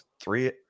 three